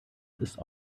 ist